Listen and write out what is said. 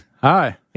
Hi